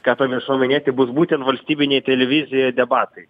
ką pamiršau minėti bus būtent valstybinėj televizijoj debatai